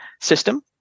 System